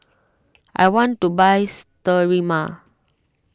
I want to buy Sterimar